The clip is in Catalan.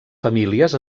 famílies